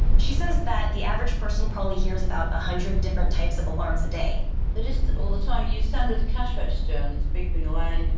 she says that the average person probably hears about one ah hundred different types of alarms a day they're just all the time. you stand at a cash register, and it's beeping away. and